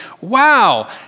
wow